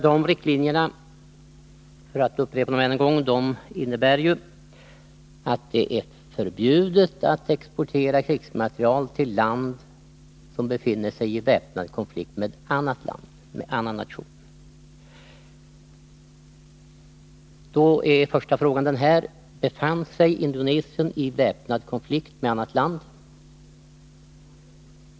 De riktlinjerna — för att upprepa det än en gång — innebär ju att det är förbjudet att exportera krigsmateriel till land som befinner sig i väpnad konflikt med annan nation. Då är den första frågan: Befann sig Indonesien i väpnad konflikt med annat land?